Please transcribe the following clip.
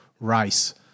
race